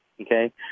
Okay